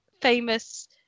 famous